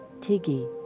Tiggy